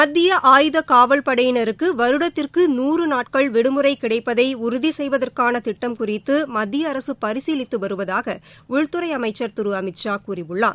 மத்திய ஆயுத காவவ்படையினருக்கு வருடத்திற்கு நூறு நாட்கள் விடுமுறை கிடைப்பதை உறுதி செய்வதற்கான திட்டம் குறித்து மத்திய அரசு பரிசீலித்து வருவதாக உள்துறை அமைச்ச் திரு அமித்ஷா கூறியுள்ளார்